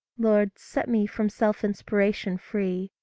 lord, set me from self-inspiration free,